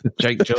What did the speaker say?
Jake